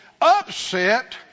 upset